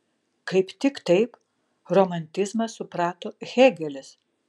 kaip tik taip romantizmą suprato hėgelis